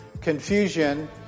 Confusion